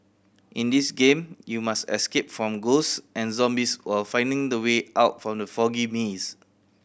in this game you must escape from ghosts and zombies while finding the way out from the foggy maze